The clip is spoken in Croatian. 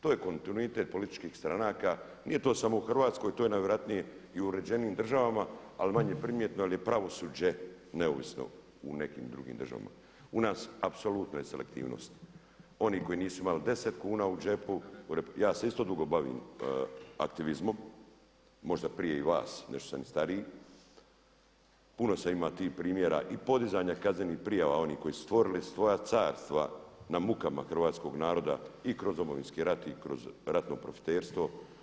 To je kontinuitet političkih stranaka, nije to samo u Hrvatskoj, to je najvjerojatnije i u uređenijim državama ali manje primjetno jer je pravosuđe neovisno u nekim drugim državama, u nas apsolutno je selektivnost onih koji nisu imali 10 kuna u džepu, ja se isto dugo bavim aktivizmom, možda prije i vas, nešto sam i stariji, puno sam imao tih primjera i podizanja kaznenih prijava onih koji su stvorili svoja carstva na mukama hrvatskog naroda i kroz Domovinski rat i kroz ratno profiterstvo.